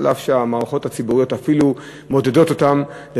אף שהמערכות הציבוריות אפילו מעודדות אותם לכך,